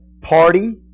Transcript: party